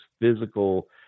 physical